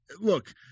look